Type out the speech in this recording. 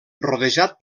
rodejat